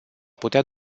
putea